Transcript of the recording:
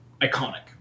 Iconic